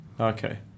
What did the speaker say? Okay